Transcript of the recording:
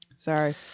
Sorry